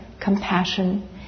compassion